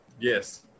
Yes